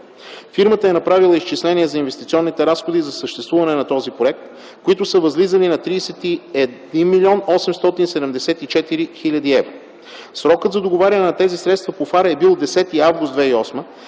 Фирмата е направила изчисления за инвестиционните разходи за съществуване на този проект, които са възлизали на 31 млн. 874 хил. евро. Срокът за договаряне на тези средства по ФАР е бил 10 август 2008